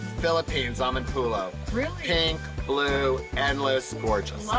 philippines, amanpulo really? pink, blue, endless, gorgeous.